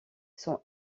sont